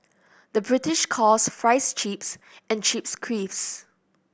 the British calls fries chips and chips crisps